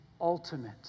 ultimate